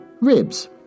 ribs